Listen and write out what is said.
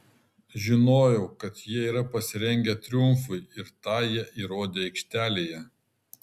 žinojau kad jie yra pasirengę triumfui ir tą jie įrodė aikštelėje